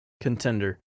contender